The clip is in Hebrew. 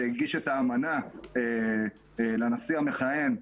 שהגיש את האמנה לנשיא המכהן,